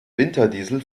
winterdiesel